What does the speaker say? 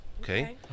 Okay